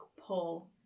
pull